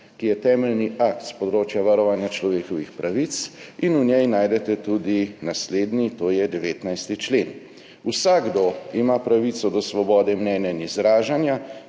ki je temeljni akt s področja varovanja človekovih pravic in v njej najdete tudi naslednji, to je 19. člen: »Vsakdo ima pravico do svobode mnenja in izražanja;